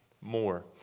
more